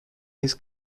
his